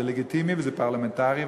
זה לגיטימי וזה פרלמנטרי,